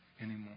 anymore